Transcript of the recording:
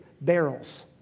barrels